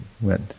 went